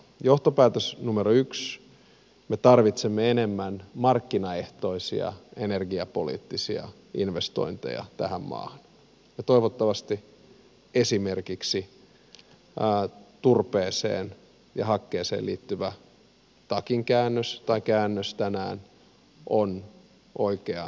johtopäätös numero yksi me tarvitsemme enemmän markkinaehtoisia energiapoliittisia investointeja tähän maahan ja toivottavasti esimerkiksi turpeeseen ja hakkeeseen liittyvä takinkäännös tai käännös tänään on oikeansuuntainen